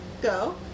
go